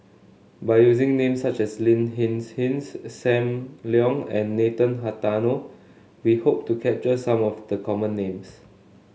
by using names such as Lin Hsin Hsin Sam Leong and Nathan Hartono we hope to capture some of the common names